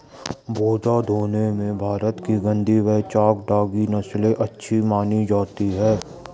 बोझा ढोने में भारत की गद्दी व चांगथागी नस्ले अच्छी मानी जाती हैं